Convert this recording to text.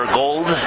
gold